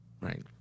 Right